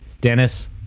Dennis